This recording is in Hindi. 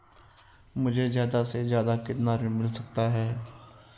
मुझे ज्यादा से ज्यादा कितना ऋण मिल सकता है?